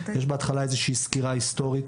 בהתחלה יש סקירה היסטורית,